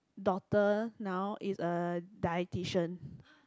daughter now is a dietician